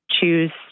choose